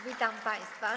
Witam państwa.